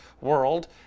world